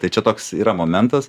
tai čia toks yra momentas